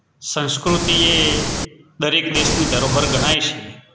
સંસ્કૃતિ એ દરેક દેશની ધરોહર ગણાય છે